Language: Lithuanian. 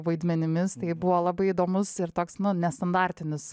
vaidmenimis tai buvo labai įdomus ir toks nestandartinis